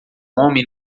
homem